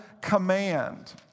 command